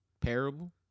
parable